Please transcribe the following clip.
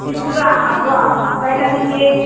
बीस किलो बैंगन दीजिए